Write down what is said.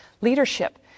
leadership